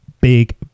big